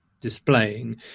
displaying